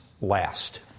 last